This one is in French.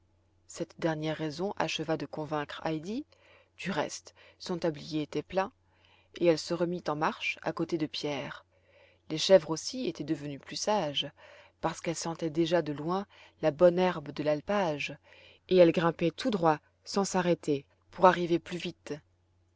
cette dernière raison acheva de convaincre heidi du reste son tablier était plein et elle se remit en marche à côté de pierre les chèvres aussi étaient devenues plus sages parce qu'elles sentaient déjà de loin la bonne herbe de l'alpage et elles grimpaient tout droit sans s'arrêter pour arriver plus vite